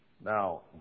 Now